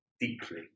deeply